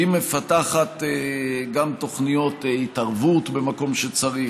היא מפתחת גם תוכניות התערבות במקום שצריך,